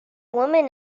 woman